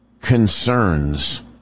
concerns